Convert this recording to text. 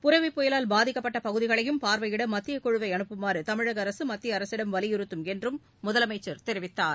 புரெவிப் புயலால் பாதிக்கப்பட்டபகுதிகளைபார்வையிடமத்தியக்குழுவைஅனுப்புமாறுதமிழகஅரசுமத்தியஅரசிடம் வலியுறுத்தும் என்றும் முதலமைச்சர் தெரிவித்தார்